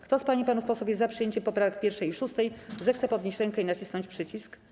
Kto z pań i panów posłów jest za przyjęciem poprawek 1. i 6., zechce podnieść rękę i nacisnąć przycisk.